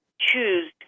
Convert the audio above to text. choose